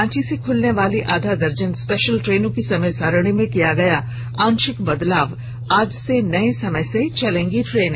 रांची से खुलने वाली आधा दर्जन स्पेशल ट्रेनों की समय सारिणी में किया गया आंशिक बदलाव आज से नये समय से चलेंगी ट्रेने